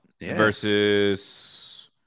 Versus